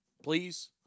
Please